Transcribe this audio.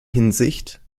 hinsicht